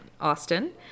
Austin